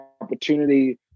opportunity